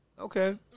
Okay